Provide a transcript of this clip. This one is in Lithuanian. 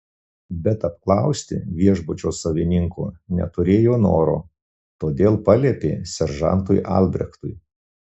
bet apklausti viešbučio savininko neturėjo noro todėl paliepė seržantui albrechtui